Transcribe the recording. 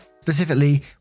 specifically